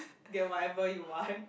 get whatever you want